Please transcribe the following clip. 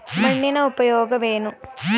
ಮಣ್ಣಿನ ಉಪಯೋಗವೇನು?